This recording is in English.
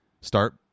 Start